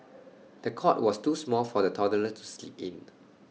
the cot was too small for the toddler to sleep in